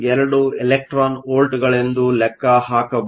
12 electron volt ಗಳೆಂದು ಲೆಕ್ಕ ಹಾಕಬಹುದು